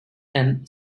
and